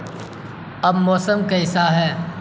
اب موسم کیسا ہے